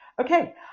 Okay